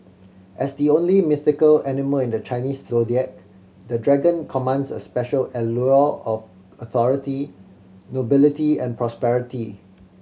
as the only mythical animal in the Chinese Zodiac the Dragon commands a special allure of authority nobility and prosperity